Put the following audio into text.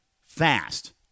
fast